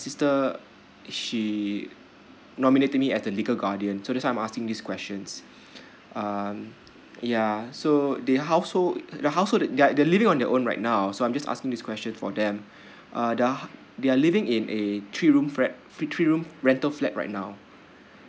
sister she nominating me as the legal guardian so that's why I'm asking these questions um ya so their household the household their they're living on their own right now so I'm just asking this question for them uh the they are living a three room flat thr~ three room rental flat right now